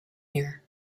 here